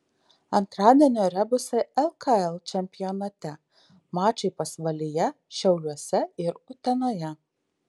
antradienio rebusai lkl čempionate mačai pasvalyje šiauliuose ir utenoje